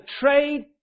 trade